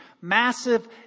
massive